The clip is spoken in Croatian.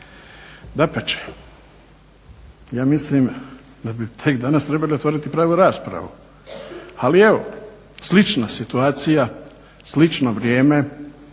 Dapače, ja mislim da bi tek danas trebali otvoriti pravu raspravu ali evo, slična situacija, slično vrijeme